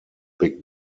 big